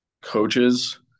Coaches